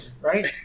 right